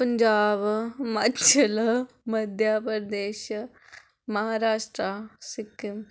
Punjab Himachal Madhya Pradesh Maharashtra Sikkim